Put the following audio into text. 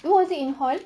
so was it in hall